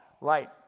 light